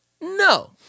No